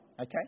okay